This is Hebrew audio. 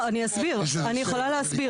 סליחה, זה גם על מה שמוצע.